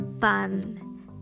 fun